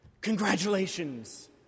Congratulations